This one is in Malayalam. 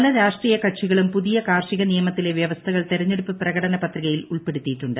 പല രാഷ്ട്രീയ കക്ഷികളും പുതിയ കാർഷിക നിയമത്തിളൂല വൃവസ്ഥകൾ തെരഞ്ഞെടുപ്പ് പ്രകടന പത്രികയിൽ ഉൾപ്പെടുത്തിയിട്ടുണ്ട്